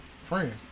friends